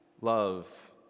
Love